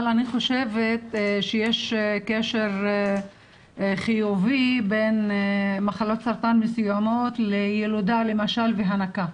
אבל אני חושבת שיש קשר חיובי בין מחלות סרטן מסוימות לילודה והנקה,